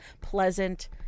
pleasant